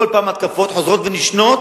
כל פעם התקפות חוזרות ונשנות,